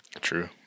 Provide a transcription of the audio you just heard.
True